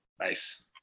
Nice